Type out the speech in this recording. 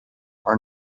are